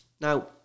Now